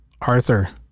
Arthur